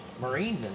Marine